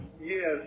Yes